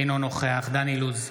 אינו נוכח דן אילוז,